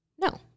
no